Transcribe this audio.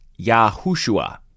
Yahushua